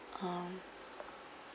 um